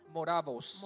Moravos